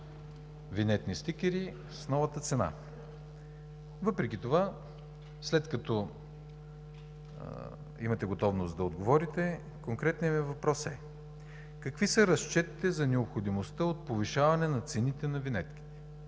винетни стикери с новата цена. Въпреки това, след като имате готовност да говорите, конкретният въпрос е: какви са разчетите за необходимостта от повишаване цените на винетките?